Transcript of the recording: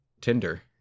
Tinder